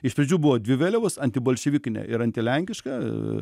iš pradžių buvo dvi vėliavos antibolševikinė ir antilenkiška